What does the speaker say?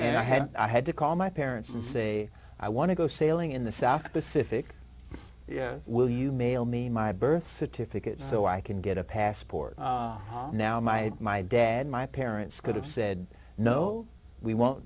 and i had i had to call my parents and say i want to go sailing in the south pacific will you mail me my birth certificate so i can get a passport now my my dad my parents could have said no we won't